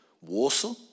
Warsaw